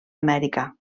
amèrica